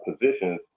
positions